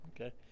Okay